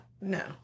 no